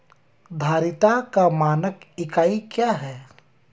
धारिता का मानक इकाई क्या है?